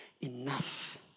Enough